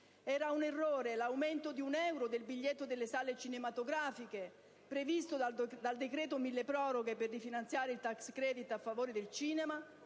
Era un errore l'aumento di un euro del biglietto delle sale cinematografiche, previsto dal decreto-legge milleproroghe per rifinanziare il *tax credit* a favore del cinema